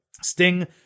Sting